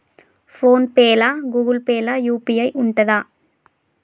Phone pay లా Google Pay లా UPI ఉంటదా?